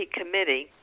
committee